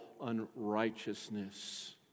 unrighteousness